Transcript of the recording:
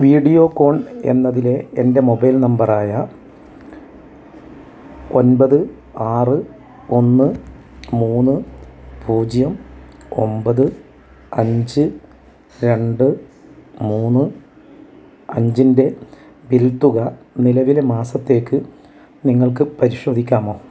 Videocon എന്നതിലെ എൻ്റെ mobile നമ്പറായ ഒൻപത് ആറ് ഒന്ന് മൂന്ന് പൂജ്യം ഒമ്പത് അഞ്ച് രണ്ട് മൂന്ന് അഞ്ചിൻ്റെ ബിൽ തുക നിലവിലെ മാസത്തേക്ക് നിങ്ങൾക്ക് പരിശോധിക്കാമോ